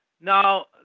Now